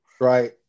right